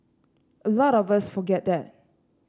a lot of us forget that